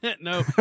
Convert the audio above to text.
No